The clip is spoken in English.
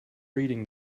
reading